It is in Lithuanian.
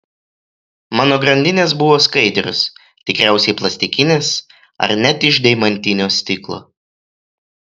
mano grandinės buvo skaidrios tikriausiai plastikinės ar net iš deimantinio stiklo